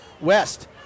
West